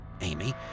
Amy